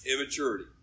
Immaturity